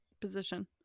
position